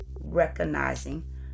recognizing